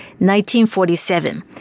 1947